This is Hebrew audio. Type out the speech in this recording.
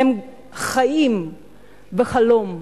חיים בחלום,